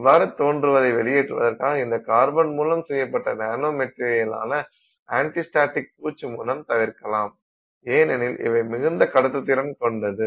இவ்வாறு தோன்றுவதை வெளியேற்றுவதற்காக இந்த கார்பன் மூலம் செய்யப்பட்ட நானோ மெட்டீரியலான ஆன்ட்டி ஸ்டாடிக் பூச்சு மூலம் தவிர்க்கலாம் ஏனெனில் இவை மிகுந்த கடத்து திறன் கொண்டது